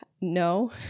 no